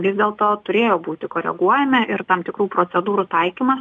vis dėl to turėjo būti koreguojami ir tam tikrų procedūrų taikymas